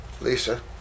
Lisa